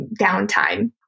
downtime